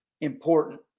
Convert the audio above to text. important